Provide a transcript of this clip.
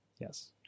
Yes